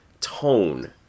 tone